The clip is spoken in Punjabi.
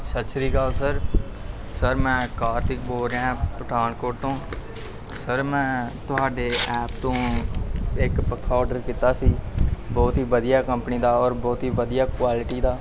ਸਤਿ ਸ਼੍ਰੀ ਅਕਾਲ ਸਰ ਸਰ ਮੈਂ ਕਾਰਤਿਕ ਬੋਲ ਰਿਹਾ ਪਠਾਨਕੋਟ ਤੋਂ ਸਰ ਮੈਂ ਤੁਹਾਡੇ ਐਪ ਤੋਂ ਇੱਕ ਪੱਖਾ ਔਡਰ ਕੀਤਾ ਸੀ ਬਹੁਤ ਹੀ ਵਧੀਆ ਕੰਪਨੀ ਦਾ ਔਰ ਬਹੁਤ ਹੀ ਵਧੀਆ ਕੁਆਲਿਟੀ ਦਾ